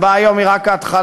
ההצבעה היום היא רק ההתחלה.